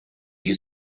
you